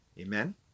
Amen